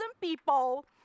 people